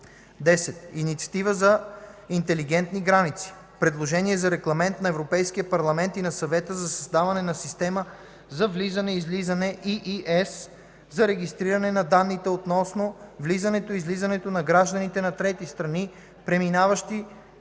10. Инициатива за „Интелигентни граници”: - предложение за Регламент на Европейския парламент и на Съвета за създаване на Система за влизане/излизане (EES) за регистриране на данните относно влизането и излизането на гражданите на трети страни, преминаващи